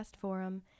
forum